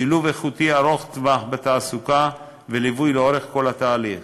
שילוב איכותי ארוך טווח בתעסוקה וליווי לכל אורך התהליך,